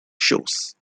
shows